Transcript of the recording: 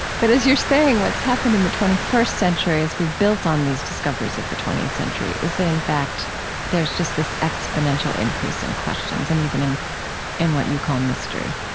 but, as you're saying, what's happened in the twenty first century as we've built on these discoveries of the twentieth century, is that in fact there's just this exponential increase in questions and even in in what you call mystery.